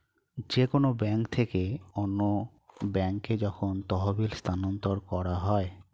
যে কোন ব্যাংক থেকে অন্য ব্যাংকে যখন তহবিল স্থানান্তর করা হয়